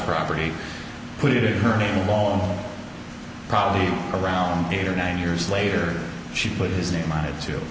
property put in her name on probably around eight or nine years later she put his name on it too